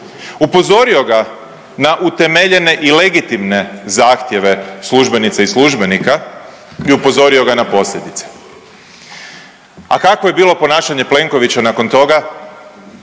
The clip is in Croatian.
upozorio ga na utemeljene i legitimne zahtjeve službenica i službenika i upozorio ga na posljedice. A kakvo je bilo ponašanje Plenkovića nakon toga?